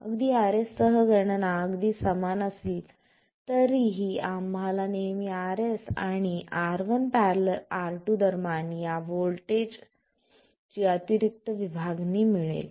अगदी Rs सह गणना अगदी समान असले तरी आम्हाला नेहमी Rs आणि R1 ║ R2 दरम्यान या व्होल्टेज अतिरिक्त विभागणी मिळेल